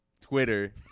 Twitter